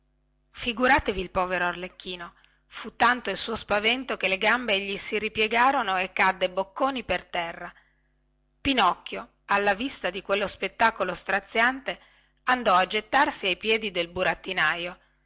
figuratevi il povero arlecchino fu tanto il suo spavento che le gambe gli si ripiegarono e cadde bocconi per terra pinocchio alla vista di quello spettacolo straziante andò a gettarsi ai piedi del burattinaio